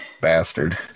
Bastard